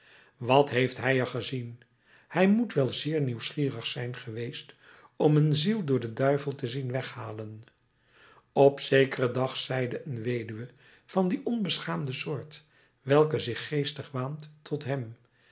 wat heeft hij er gezien hij moet wel zeer nieuwsgierig zijn geweest om een ziel door den duivel te zien weghalen op zekeren dag zeide een weduwe van die onbeschaamde soort welke zich geestig waant tot hem